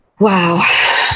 wow